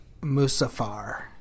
Musafar